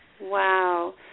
Wow